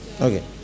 Okay